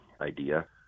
idea